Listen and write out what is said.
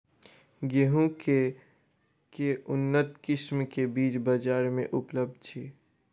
गेंहूँ केँ के उन्नत किसिम केँ बीज बजार मे उपलब्ध छैय?